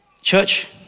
Church